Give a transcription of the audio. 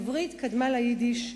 העברית קדמה ליידיש.